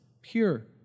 pure